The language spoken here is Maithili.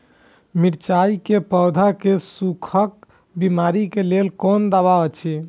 मिरचाई के पौधा के सुखक बिमारी के लेल कोन दवा अछि?